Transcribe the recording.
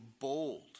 bold